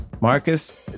Marcus